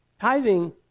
Tithing